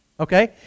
Okay